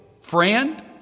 Friend